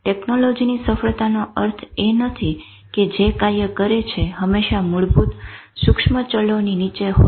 ટેક્નોલોજીની સફળતાનો અર્થ એ નથી કે જે કાર્ય કરે છે હંમેશા મૂળભૂત સુક્ષ્મ ચલોની નીચે હોય